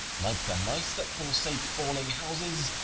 like the mice that forsake falling houses,